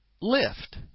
lift